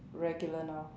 regular now